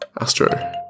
Astro